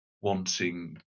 wanting